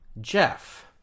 jeff